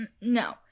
No